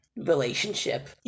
relationship